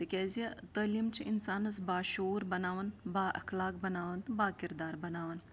تِکیٛازِ تٲلیٖم چھِ اِنسانَس باشعوٗر بَناوان بااخلاق بَناوان تہٕ باکِردار بَناوان